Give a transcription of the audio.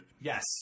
Yes